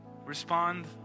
Respond